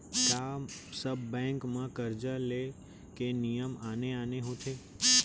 का सब बैंक म करजा ले के नियम आने आने होथे?